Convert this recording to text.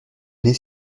nez